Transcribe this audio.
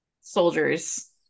soldiers